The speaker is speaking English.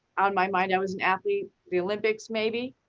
out of my mind, i was an athlete, the olympics maybe,